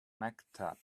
maktub